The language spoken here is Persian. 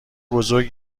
بزرگ